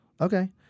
Okay